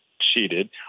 cheated